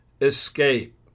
escape